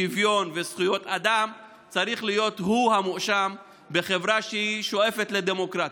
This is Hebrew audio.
שוויון וזכויות אדם צריך הוא להיות המואשם בחברה ששואפת לדמוקרטיה.